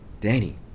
Danny